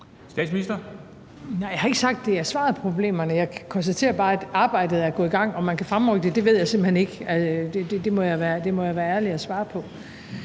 Frederiksen): Nej, jeg har ikke sagt, at det er svaret på problemerne. Jeg konstaterer bare, at arbejdet er gået i gang. Om man kan fremrykke det, ved jeg simpelt hen ikke – det må jeg være ærlig at svare.